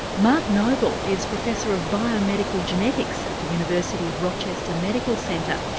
mark noble is professor of biomedical genetics at the university of rochester medical center.